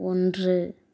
ஒன்று